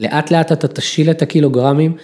לאט לאט אתה תשיל את הקילוגרמים.